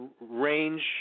range